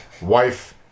wife